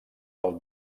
del